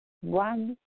One